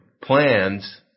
plans